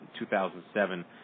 2007